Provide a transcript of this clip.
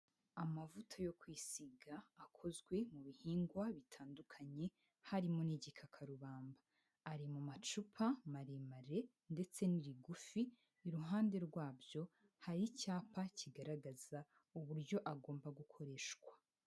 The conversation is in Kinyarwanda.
Amavuta yo kwisiga akozwe mu bihingwa bitandukanye, harimo n'igikakarubamba, ari mu macupa maremare ndetse n'irigufi, iruhande rwabyo hari icyapa, kigaragaza uburyo agomba gukoreshwa.